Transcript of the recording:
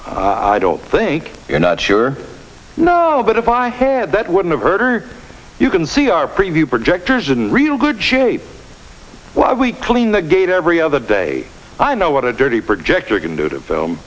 i don't think you're not sure you know but if i had that wouldn't of heard or you can see our preview projectors in real good shape why we clean the gate every other day i know what a dirty projector can do to film